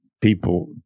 people